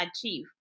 achieve